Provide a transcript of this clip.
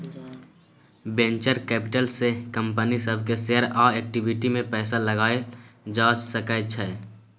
venture capital से company सब के शेयर आ इक्विटी में पैसा लगाएल जा सकय छइ